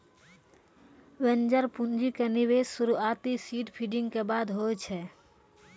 venture पूंजी के निवेश शुरुआती सीड फंडिंग के बादे होय छै